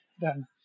done